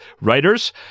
writers